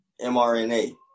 mRNA